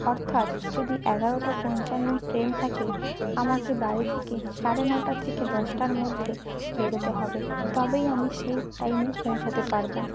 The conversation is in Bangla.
অর্থাৎ যদি এগারোটা পঞ্চান্নয়ে ট্রেন থাকে আমাকে বাড়ি থেকে সাড়ে নটা থেকে দশটার মধ্যে বেরোতে হবে তবেই আমি সেই টাইমে পৌঁছাতে পারবো